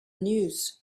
news